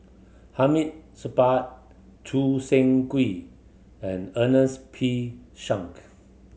Hamid Supaat Choo Seng Quee and Ernest P Shank